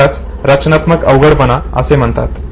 यालाच रचनात्मक अवघडपणा असे म्हणतात